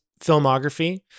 filmography